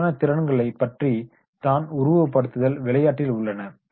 இவ்வகையான திறன்களை பற்றி தான் உருவகப்படுத்துதல் விளையாட்டில் உள்ளன